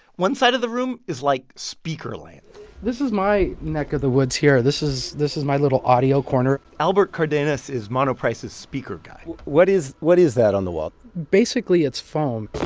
one side of the room is, like, speaker-land this is my neck of the woods here. this is this is my little audio corner albert cardenas is monoprice's speaker guy what is what is that on the wall? basically, it's foam.